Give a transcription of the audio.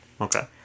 Okay